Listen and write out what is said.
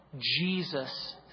Jesus